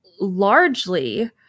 largely